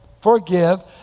forgive